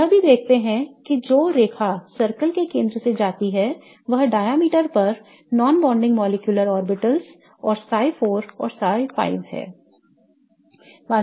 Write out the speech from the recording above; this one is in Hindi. हम यह भी देखते हैं कि जो रेखा circle के केंद्र से जाती है वह व्यास पर non bonding molecular orbitals और psi 4 और psi 5 हैं